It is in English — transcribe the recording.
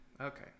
Okay